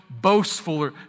boastful